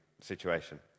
situation